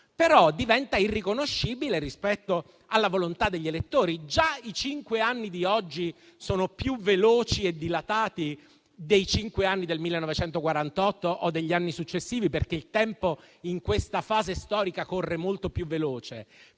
- diventando irriconoscibile rispetto alla volontà degli elettori. Già i cinque anni di oggi sono più veloci e dilatati dei cinque anni del 1948 o degli anni successivi, perché il tempo, in questa fase storica, corre molto più veloce.